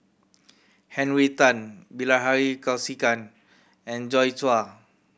Henry Tan Bilahari Kausikan and Joi Chua